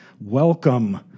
Welcome